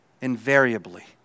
invariably